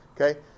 Okay